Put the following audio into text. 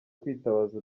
kwitabaza